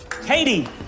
Katie